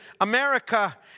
America